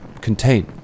contain